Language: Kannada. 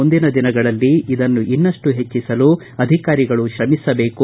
ಮುಂದಿನ ದಿನಗಳಲ್ಲಿ ಇದನ್ನು ಇನ್ನಷ್ಟು ಹೆಚ್ಚಿಸಲು ಅಧಿಕಾರಿಗಳು ತ್ರಮಿಸಬೇಕು